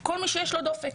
את כל מי שיש לה דופק